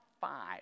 five